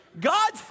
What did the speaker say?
God